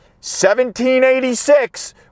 1786